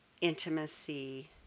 intimacy